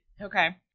Okay